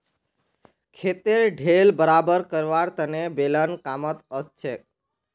खेतेर ढेल बराबर करवार तने बेलन कामत ओसछेक